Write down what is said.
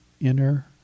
inner